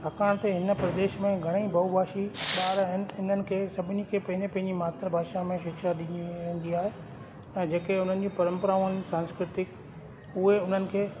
छाकाणि त इन प्रदेश में घणा ई बहुभाषी ॿार आहिनि इन्हनि खे सभिनी खे पंहिंजी पंहिंजी मातृ भाषा में शिक्षा ॾिनी वेंदी आहे ऐं जेके उन्हनि जूं परंपराऊं आहिनि सांस्कृतिक उहे उन्हनि खे